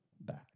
back